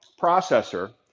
processor